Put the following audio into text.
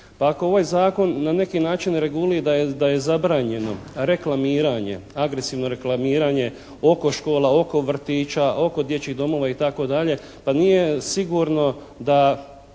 pa ako ovaj Zakon na neki način, da je zabranjeno reklamiranje, agresivno reklamiranje oko škola, oko vrtića, oko dječjih domova itd. pa nije sigurno da